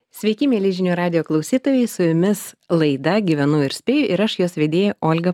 sveiki mieli žinių radijo klausytojai su jumis laida gyvenu ir spėju ir aš jos vedėja olga